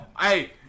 Hey